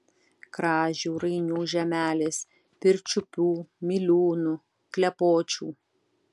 kražių rainių žemelės pirčiupių miliūnų klepočių